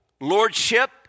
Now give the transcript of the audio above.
Lordship